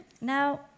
Now